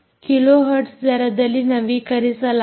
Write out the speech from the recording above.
99 kilohertz ದರದಲ್ಲಿ ನವೀಕರಿಸಲಾಗಿದೆ